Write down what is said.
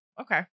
okay